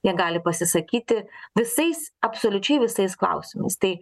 jie gali pasisakyti visais absoliučiai visais klausimais tai